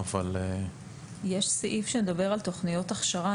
אבל יש סעיף שמדבר על תכניות הכשרה.